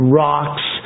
rocks